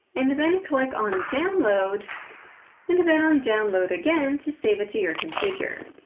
and then click on download and then on download again to save it to your computer.